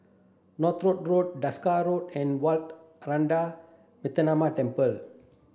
Northolt Road Desker Road and Wat Ananda Metyarama Temple